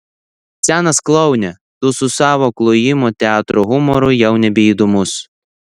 senas kloune tu su savo klojimo teatro humoru jau nebeįdomus